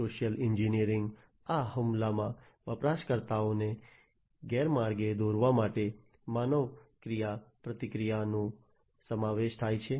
social engineering આ હુમલામાં વપરાશકર્તાઓને ગેરમાર્ગે દોરવા માટે માનવ ક્રિયાપ્રતિક્રિયાનો સમાવેશ થાય છે